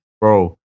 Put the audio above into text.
bro